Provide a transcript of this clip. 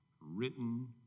written